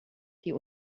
die